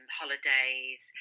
holidays